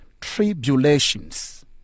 tribulations